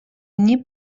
они